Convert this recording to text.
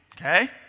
okay